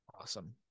Awesome